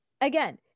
Again